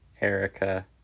Erica